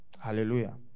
Hallelujah